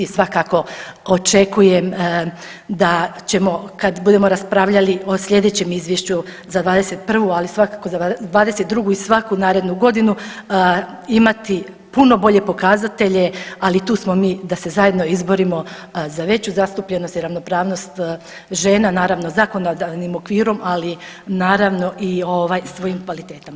Svakako očekujem da ćemo kad budemo raspravljali o slijedećem izvješću za '21. ali svakako za '22. i svaku narednu godinu imati puno bolje pokazatelje, ali tu smo mi da se zajedno izborimo za veću zastupljenost i ravnopravnost žena naravno zakonodavnim okvirom, ali naravno i ovaj svojim kvalitetama.